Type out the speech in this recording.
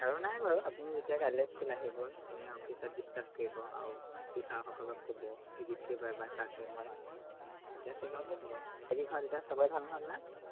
আৰু নাই বাৰু আপুনি যেতিয়া কালিলৈ স্কুল আহিব আপুনি অফিচত ডিছকাছ কৰিব আৰু টিচাৰসকলক ক'ব ভিজিট কৰিব এবাৰ ক্লাছৰূম মই তেতিয়া চেক আউট হৈ যাব বাকী ঘৰত এতিয়া চবৰে ভাল নহয় আপোনাৰ